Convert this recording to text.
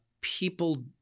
People